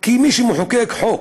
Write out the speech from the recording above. כי מי שמחוקק חוק